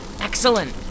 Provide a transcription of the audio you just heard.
Excellent